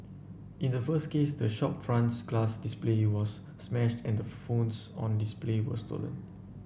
in the first case the shop front's glass display was smashed and the phones on displayed were stolen